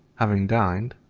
having dined,